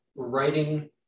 writing